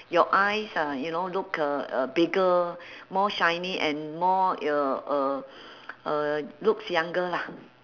your eyes uh you know look uh uh bigger more shiny and more y~ uh uh uh looks younger lah